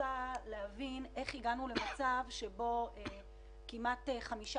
רוצה להבין איך הגענו למצב הזה כמעט חמישה